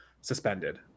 suspended